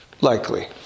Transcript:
likely